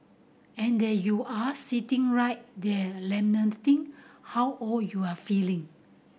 and there you are sitting right there lamenting how old you're feeling